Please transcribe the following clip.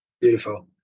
Beautiful